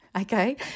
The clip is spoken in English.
okay